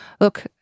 look